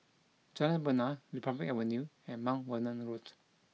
Jalan Bena Republic Avenue and Mount Vernon Road